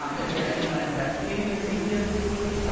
um is there anyone investigating the safety of the food?